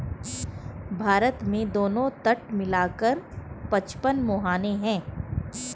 भारत में दोनों तट मिला कर पचपन मुहाने हैं